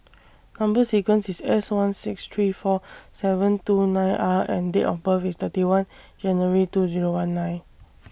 Number sequence IS S one six three four seven two nine R and Date of birth IS thirty one January two Zero one nine